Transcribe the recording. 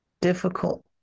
difficult